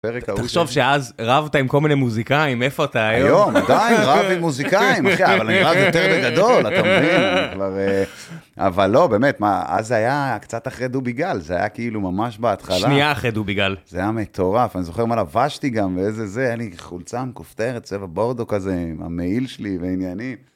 תחשוב שאז רבתה עם כל מיני מוזיקאים, איפה אתה היום? היום, עדיין רב עם מוזיקאים, אחי, אבל אני רב יותר בגדול, אתה מבין? אבל לא, באמת מה, אז היה קצת אחרי דוביגל, זה היה כאילו ממש בהתחלה. שנייה אחרי דוביגל. זה היה מטורף, אני זוכר מה לבשתי גם, ואיזה זה, הייתה לי חולצה מכופתרת, צבע בורדו כזה, עם המהעיל שלי ועניינים.